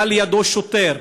היה לידו שוטר,